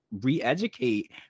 re-educate